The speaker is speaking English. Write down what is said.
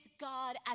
God